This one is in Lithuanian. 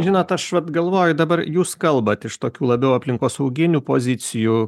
žinot aš vat galvoju dabar jūs kalbat iš tokių labiau aplinkosauginių pozicijų